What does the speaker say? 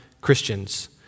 Christians